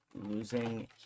Losing